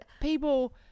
people